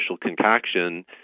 concoction